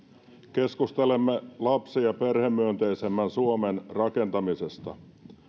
keskustelemme lapsi ja perhemyönteisemmän suomen rakentamisesta